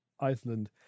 Iceland